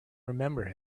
remember